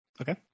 Okay